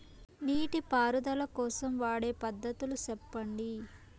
నీటి పారుదల కోసం వాడే పద్ధతులు సెప్పండి?